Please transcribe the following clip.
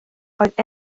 oedd